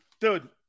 Dude